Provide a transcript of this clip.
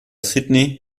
sydney